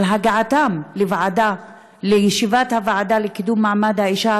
על הגעתם לישיבת הוועדה לקידום מעמד האישה,